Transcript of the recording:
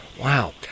Wow